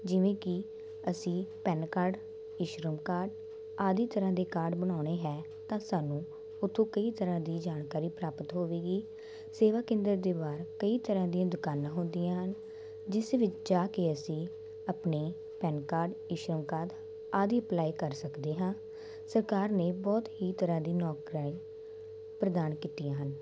ਜਿਵੇਂ ਕਿ ਅਸੀਂ ਪੈਨ ਕਾਰਡ ਈਸ਼ਰਮ ਕਾਰਡ ਆਦਿ ਤਰ੍ਹਾਂ ਦੇ ਕਾਰਡ ਬਣਾਉਣੇ ਹੈ ਤਾਂ ਸਾਨੂੰ ਉੱਥੋਂ ਕਈ ਤਰ੍ਹਾਂ ਦੀ ਜਾਣਕਾਰੀ ਪ੍ਰਾਪਤ ਹੋਵੇਗੀ ਸੇਵਾ ਕੇਂਦਰ ਦੇ ਬਾਹਰ ਕਈ ਤਰ੍ਹਾਂ ਦੀਆਂ ਦੁਕਾਨਾਂ ਹੁੰਦੀਆਂ ਹਨ ਜਿਸ ਵਿੱਚ ਜਾ ਕੇ ਅਸੀਂ ਆਪਣੇ ਪੈਨ ਕਾਰਡ ਈਸ਼ਰਮ ਕਾਰਡ ਆਦਿ ਅਪਲਾਈ ਕਰ ਸਕਦੇ ਹਾਂ ਸਰਕਾਰ ਨੇ ਬਹੁਤ ਹੀ ਤਰ੍ਹਾਂ ਦੀ ਨੌਕਰੀਆਂ ਪ੍ਰਦਾਨ ਕੀਤੀਆਂ ਹਨ